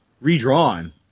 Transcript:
redrawn